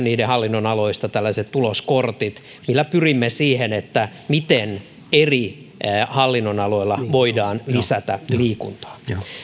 niiden hallinnonaloista tällaiset tuloskortit millä pyrimme siihen miten eri hallinnonaloilla voidaan lisätä liikuntaa